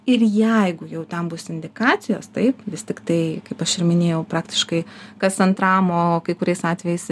ir jeigu jau ten bus indikacijos tai vis tiktai kaip aš ir minėjau praktiškai kas antram o kai kuriais atvejais